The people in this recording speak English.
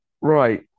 Right